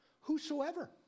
Whosoever